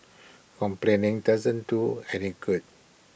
complaining doesn't do any good